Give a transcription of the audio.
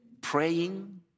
praying